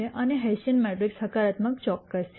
અને Hessian matrix હકારાત્મક ચોક્કસ છે